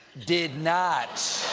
did not.